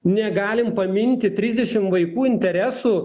negalim paminti trisdešimt vaikų interesų